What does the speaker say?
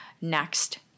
Next